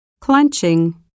clenching